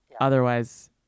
Otherwise